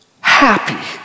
happy